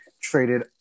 traded